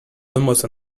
almost